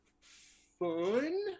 fun